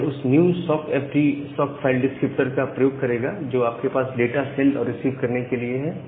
यह उस new sock FD socket file descriptor का प्रयोग करेगा जो आपके पास डाटा सेंड और रिसीव करने के लिए है